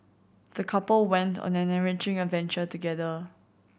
the couple went on an enriching adventure together